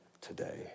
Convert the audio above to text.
today